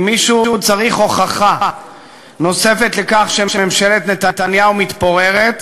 אם מישהו צריך הוכחה נוספת לכך שממשלת נתניהו מתפוררת,